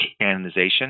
canonization